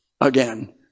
again